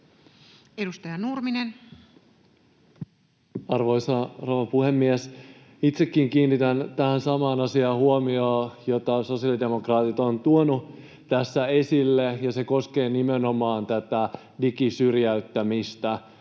14:21 Content: Arvoisa rouva puhemies! Itsekin kiinnitän huomiota tähän samaan asiaan, jota sosiaalidemokraatit ovat tuoneet tässä esille, ja se koskee nimenomaan tätä digisyrjäyttämistä